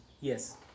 yes